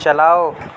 چَلاؤ